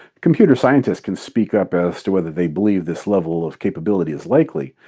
computer scientists can speak up as to whether they believe this level of capability is likely,